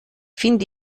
finde